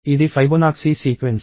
ఇది Fibonacci sequence